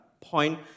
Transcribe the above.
point